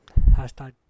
hashtag